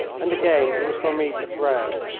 and again it was for me to throw.